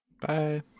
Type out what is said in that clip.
Bye